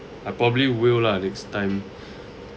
I probably will lah next time